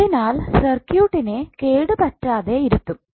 അതിനാൽ സർക്യൂട്ട് നെ കേടുപറ്റാതെ ഇരുത്തും